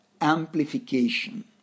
amplification